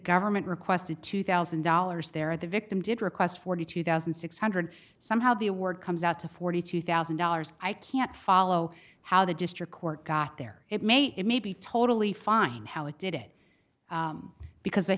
government requested two thousand dollars there the victim did request forty two thousand six hundred somehow the award comes out to forty two thousand dollars i can't follow how the district court got there it may it may be totally fine how it did it because